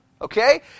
Okay